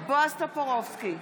בועז טופורובסקי,